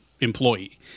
employee